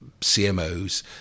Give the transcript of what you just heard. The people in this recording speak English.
CMOs